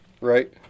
Right